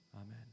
Amen